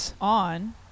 on